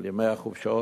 על ימי החופשות,